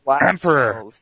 Emperor